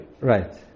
Right